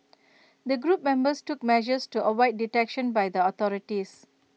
the group members took measures to avoid detection by the authorities